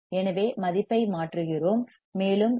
எனவே மதிப்பை மாற்றுகிறோம் மேலும் எஃப் மதிப்பை 318